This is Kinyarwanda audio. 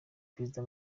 perezida